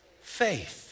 faith